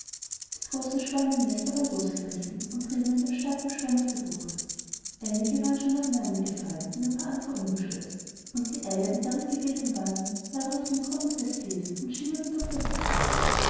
die großen schwanennester waren losgerissen und trieben in dem starken sturm auf der bucht einige waren schon auseinandergefallen ein paar waren umgestürzt und die eier die darin gewesen waren lagen auf dem grunde des sees und schimmertendurchdaswasser alssichakkainderbuchtniederließ warenallevögel